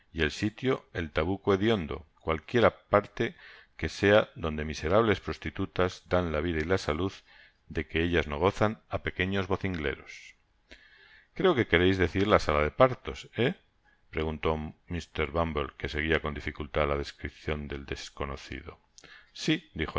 y el sitio el tabuco hediondo cualquiera parte que sea donde miserables prostitutas dan la vida y la salud de que ellas no gozan á pequeños vocingleros creo quereis decir la sala de partos he preguntó mon sieur bumble que seguia'con dificultad la descripcion del desconocido si dijo